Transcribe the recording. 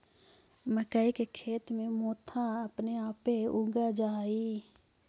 मक्कइ के खेत में मोथा अपने आपे उग जा हई